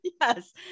Yes